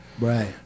right